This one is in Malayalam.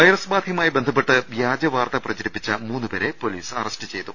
വൈറസ് ബാധയുമായി ബന്ധപ്പെട്ട് വ്യാജവാർത്ത പ്രചരിപ്പിച്ച മൂന്ന് പേരെ പൊലീസ് അറസ്റ്റ് ചെയ്തു